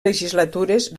legislatures